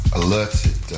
alerted